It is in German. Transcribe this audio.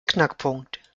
knackpunkt